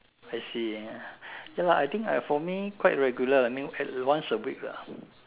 I see ya lah I think for me quite regular uh I think once a week lah